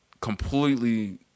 completely